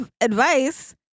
advice